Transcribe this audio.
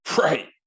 Right